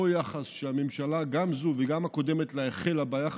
יחס שהממשלה הזו וגם הקודמת לה החלו בו.